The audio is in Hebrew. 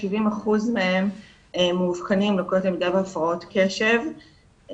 70% מהם מאובחנים עם לקויות למידה והפרעות קשב.